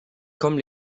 comme